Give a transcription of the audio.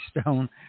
stone